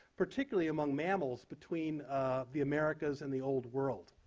particularly among mammals, between the americas and the old world.